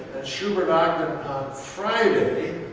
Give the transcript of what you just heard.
and shubert ogden on friday.